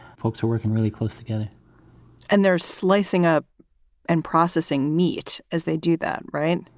folks are working really close together and they're slicing up and processing meat as they do that, right?